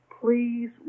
Please